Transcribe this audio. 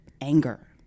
anger